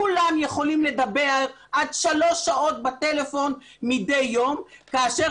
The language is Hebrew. כולם יכולים לדבר עד שלוש שעות בטלפון מדי יום כאשר